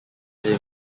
him